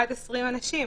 עד 20 אנשים,